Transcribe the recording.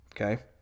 okay